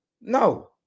no